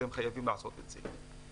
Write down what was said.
אתם חייבים לעשות את זה.